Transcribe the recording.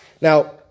Now